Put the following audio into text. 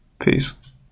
peace